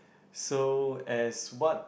so as what